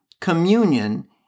communion